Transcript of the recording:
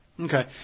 Okay